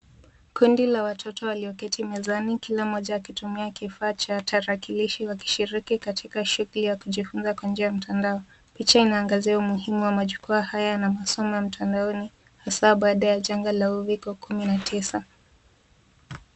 Kundi la watoto walioketi mezani kila mmoja akitumia kifaa cha tarakilishi wakishiriki katika shughuli ya kujifunza kwa njia ya mtandao. Picha inaangazia umuhimu wa majukwaa haya na masomo ya mtandaoni hasa baada ya janga ya covid-19.